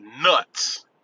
nuts